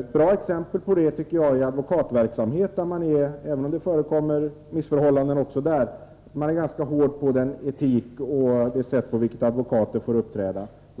Ett bra exempel på detta tycker jag advokatverksamheten ger. Även om det förekommer missförhållanden också där, är man ganska hård beträffande etiken och det sätt på vilket advokater får uppträda.